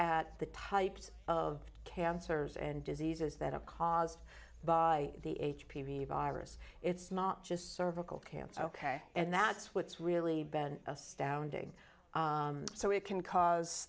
at the types of cancers and diseases that are caused by the h p v virus it's not just cervical cancer ok and that's what's really been astounding so it can cause